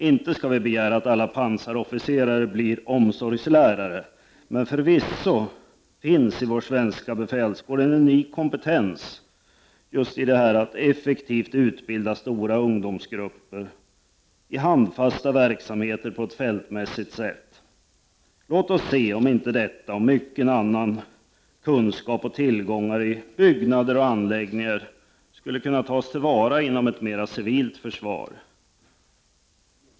Inte skall vi begära att alla pansarofficerare skall bli omsorgslärare, men förvisso finns i vår svenska befälskår en unik kompetens just i att effektivt utbilda stora ungdomsgrupper i handfasta verksamheter på ett fältmässigt sätt. Låt oss se om inte detta och mycken annan kunskap och tillgångar i byggnader och anläggningar skulle kunna tas till vara inom ett civilt försvar.